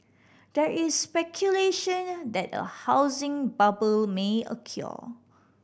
there is speculation that a housing bubble may occur